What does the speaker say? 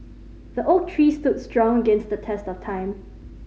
the oak tree stood strong against the test of time